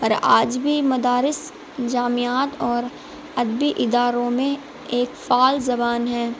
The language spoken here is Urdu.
اور آج بھی مدارس جامعات اور ادبی اداروں میں ایک فعال زبان ہے